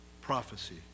prophecy